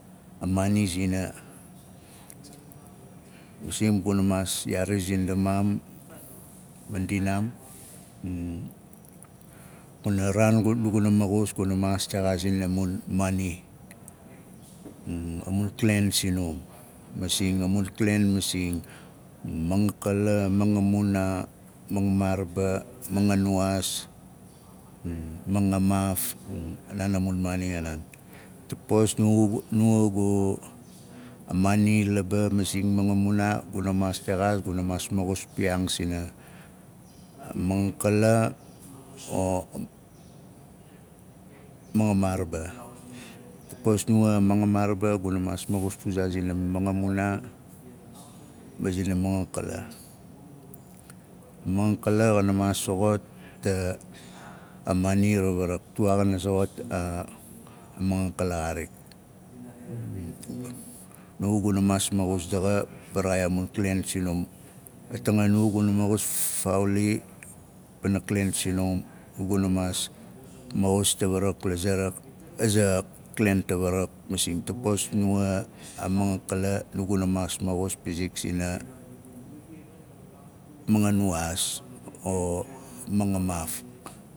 Masing ma guna maa yaari alaxa zin ndamaanm man ndinaam kuna raan a du guna maxus guna maas lexaazing a mun maani a mun klen sinum masing a mun klen masing mangakala mangamuna mangamaaraba manganuwaas manga maaf naan a mun maani a naan tapos nuwa a mongamaaraba guna maas maxus puzaa zina mu mongamunaa ma zina mangakala. A manga kala xana maas zina mangakala. A mangakala xana maas soxot a maani rawarak tuwaa xana soxot a mangakala xarik nuwa guna maas maxus daxa varaxain a mun klen sinum. Di tangin nu gu maxus faauli pana klen sinum nu guna maas maxus tawarak axe ra- aza klen tawarak masing tapos a manga kala nuwa gana maas maxus pizik sina manganuwaas o mangamaaf